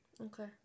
Okay